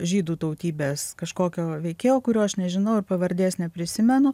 žydų tautybės kažkokio veikėjo kurio aš nežinau ir pavardės neprisimenu